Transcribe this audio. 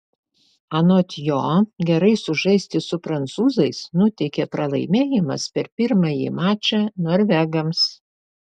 anot jo gerai sužaisti su prancūzais nuteikė pralaimėjimas per pirmąjį mačą norvegams